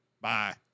Bye